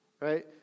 right